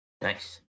Nice